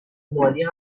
مالی